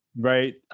right